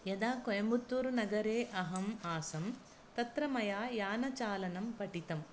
यदा कोयम्बत्तूरु नगरे अहम् आसम् तत्र मया यानचालनं पठितम्